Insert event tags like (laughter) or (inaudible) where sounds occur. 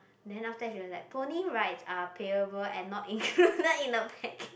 then after that he was like pony rides are payable and not (noise) included in the bag